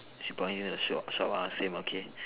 chibai want you to swap swap ask him okay